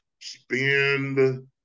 spend